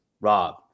Rob